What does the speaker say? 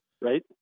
right